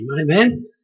Amen